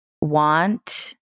want